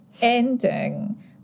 ending